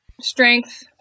strength